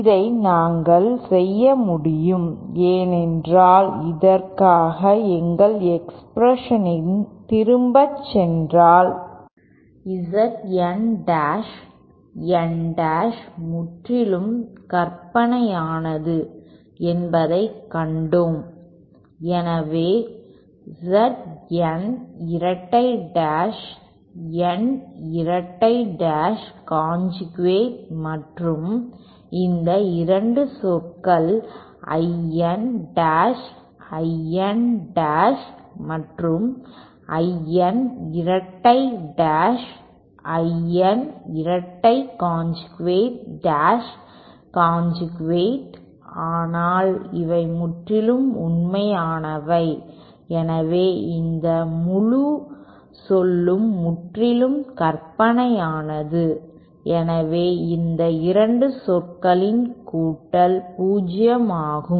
இதை நாங்கள் செய்ய முடியும் ஏனென்றால் இதற்காக எங்கள் எக்ஸ்பிரஷனில் திரும்பிச் சென்றால் Z N dash N dash முற்றிலும் கற்பனையானது என்பதைக் கண்டோம் எனவே Z N இரட்டை டாஷ் N இரட்டை டாஷ் கான்ஜுக்ட் மற்றும் இந்த 2 சொற்கள் I N dash I N dash மற்றும் I N இரட்டை டாஷ் I N இரட்டை காஞ்சுகேட் டாஷ் கான்ஜுகேட் ஆனால் இவை முற்றிலும் உண்மையானவை எனவே இந்த முழு சொல்லும் முற்றிலும் கற்பனையானது எனவே இந்த இரண்டு சொற்களின் கூட்டல் 0 ஆகும்